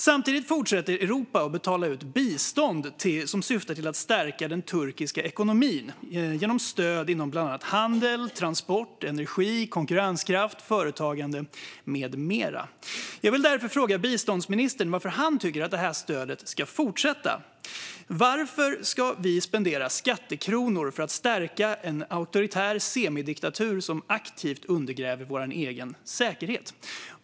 Samtidigt fortsätter Europa att betala ut bistånd som syftar till att stärka den turkiska ekonomin genom stöd inom bland annat handel, transport, energi, konkurrenskraft, företagande med mera. Jag vill därför fråga biståndsministern varför han tycker att detta stöd ska fortsätta. Varför ska vi spendera skattekronor för att stärka en auktoritär semidiktatur som aktivt undergräver vår egen säkerhet?